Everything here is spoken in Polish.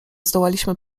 zdołaliśmy